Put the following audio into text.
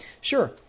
Sure